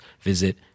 visit